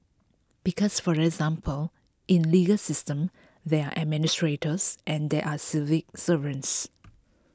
because for example in legal systems there are administrators and there are civil servants